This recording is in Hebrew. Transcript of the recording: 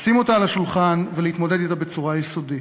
לשים אותה על השולחן ולהתמודד אתה בצורה יסודית.